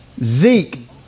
zeke